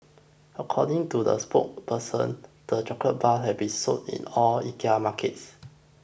according to the spokesperson the chocolate bars have been sold in all IKEA markets